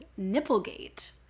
nipplegate